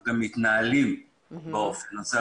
אנחנו גם מתנהלים באופן הזה.